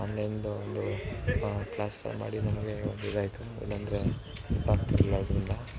ಆನ್ಲೈನ್ದು ಒಂದು ಕ್ಲಾಸುಗಳು ಮಾಡಿ ನಮಗೆ ಒಂದು ಇದಾಯಿತು ಇಲ್ಲಾಂದ್ರೆ ಹೆಲ್ಪಾಗ್ತಿರಲಿಲ್ಲ ಇದರಿಂದ